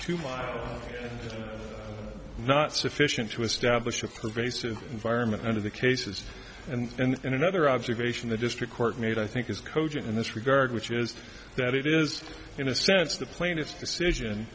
my not sufficient to establish a pervasive environment under the cases and another observation the district court made i think is cogent in this regard which is that it is in a sense the plaintiff's decision